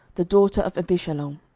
the daughter of abishalom.